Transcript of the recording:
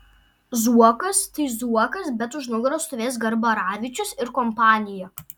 zuokas tai zuokas bet už nugaros stovės garbaravičius ir kompanija